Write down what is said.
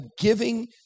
giving